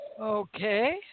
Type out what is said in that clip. Okay